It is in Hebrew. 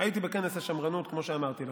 הייתי בכנס השמרנות, כמו שאמרתי לך.